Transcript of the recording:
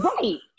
right